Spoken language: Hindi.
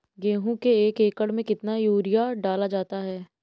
गेहूँ के एक एकड़ में कितना यूरिया डाला जाता है?